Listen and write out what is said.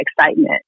excitement